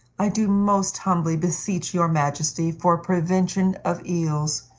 i do most humbly beseech your majesty for prevention of evils,